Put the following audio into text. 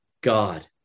God